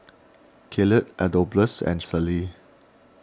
Caleigh Adolphus and Celie